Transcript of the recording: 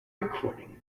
recordings